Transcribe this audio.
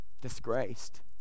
disgraced